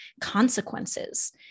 consequences